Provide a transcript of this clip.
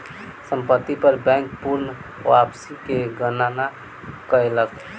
संपत्ति पर बैंक पूर्ण वापसी के गणना कयलक